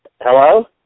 Hello